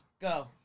Go